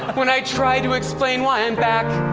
when i try to explain why i'm back,